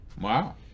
Wow